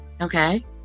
Okay